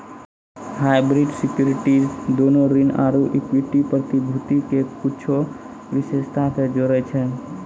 hybrid securities दोनो ऋण आरु इक्विटी प्रतिभूति के कुछो विशेषता के जोड़ै छै